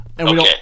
Okay